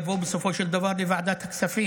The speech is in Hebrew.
בסופו של דבר גם הנושא הזה יבוא לוועדת הכספים.